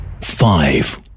Five